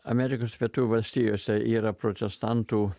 amerikos pietų valstijose yra protestantų